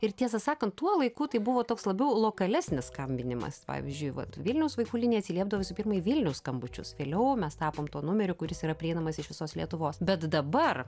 ir tiesą sakant tuo laiku tai buvo toks labiau lokalesnis skambinimas pavyzdžiui vat vilniaus vaikų linija atsiliepdavo visų pirma į vilniaus skambučius vėliau mes tapom tuo numeriu kuris yra prieinamas iš visos lietuvos bet dabar